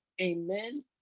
Amen